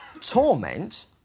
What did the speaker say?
torment